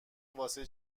واسه